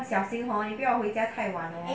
要小心 hor 你不要回家太晚 leh